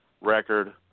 record